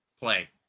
play